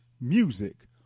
Music